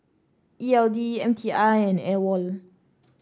E L D M T I and AWOL